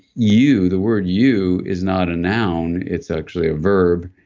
you, the word you is not a noun, it's actually a verb,